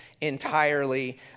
entirely